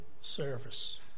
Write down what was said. service